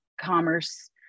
commerce